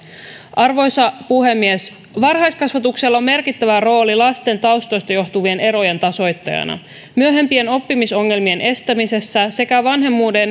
arvoisa puhemies varhaiskasvatuksella on merkittävä rooli lasten taustoista johtuvien erojen tasoittamisessa myöhempien oppimisongelmien estämisessä sekä vanhemmuuden